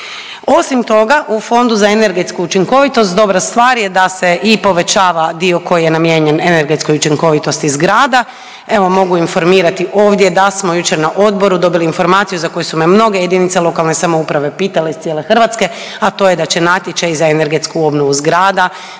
Osim toga u Fondu za energetsku učinkovitost dobra stvar je da se i povećava dio koji je namijenjen energetskoj učinkovitosti zgrada. Evo mogu informirati ovdje da smo jučer na odboru dobili informaciju za koju su me mnoge jedinice lokalne samouprave pitale iz cijele Hrvatske, a to je da će natječaji za energetsku obnovu zgrada,